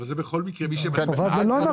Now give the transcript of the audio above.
אבל זה בכל מקרה --- לא נכון.